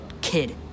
kid